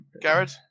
Garrett